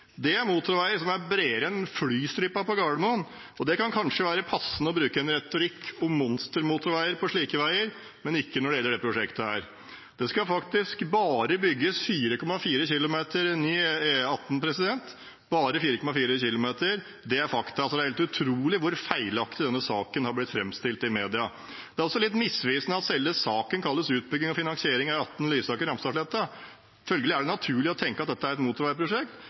Gardermoen. Da kan det kanskje være passende å bruke en retorikk med ordet «monstermotorvei» på slike veier, men ikke når det gjelder dette prosjektet. Det skal faktisk bare bygges 4,4 km ny E18 – bare 4,4 km. Det er fakta, så det er helt utrolig hvor feilaktig denne saken har blitt framstilt i media. Det er også litt misvisende at selve saken kalles «Utbygging og finansiering av E18 Lysaker–Ramstadsletta». Følgelig er det naturlig å tenke at dette er et motorveiprosjekt,